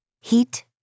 Heat